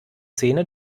szene